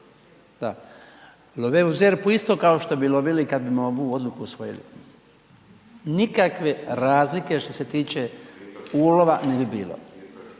love u ZERP-u isto kao što bi lovili i kad bimo ovu odluku usvojili. Nikakve razlike što se tiče ulova ne bi bilo.